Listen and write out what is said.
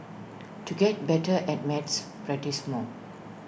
to get better at maths practise more